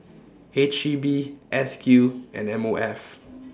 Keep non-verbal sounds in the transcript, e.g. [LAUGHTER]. [NOISE] H E B S Q and M O F